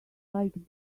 like